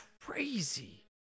crazy